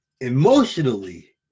emotionally